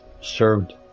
served